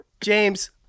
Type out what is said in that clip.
James